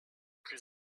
plus